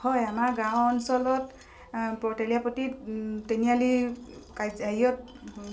হয় আমাৰ গাঁও অঞ্চলত তেলীয়াপতি তিনিআলিত হেৰিয়ত